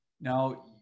Now